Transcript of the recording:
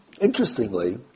Interestingly